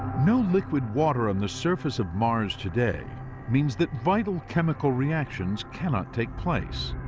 no liquid water on the surface of mars today means that vital chemical reactions cannot take place.